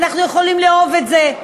אנחנו יכולים לאהוב את זה,